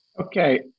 Okay